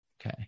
Okay